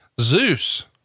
Zeus